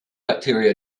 bacteria